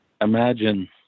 imagine